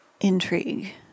intrigue